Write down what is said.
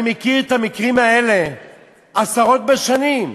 אני מכיר את המקרים האלה עשרות בשנים,